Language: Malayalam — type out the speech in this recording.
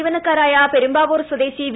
ജീവനക്കാരായ പെരുമ്പാവൂർ സ്വദേശി വി